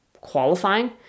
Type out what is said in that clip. qualifying